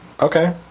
Okay